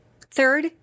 Third